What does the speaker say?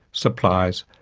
supplies,